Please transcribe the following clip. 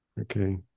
Okay